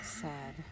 Sad